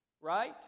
Right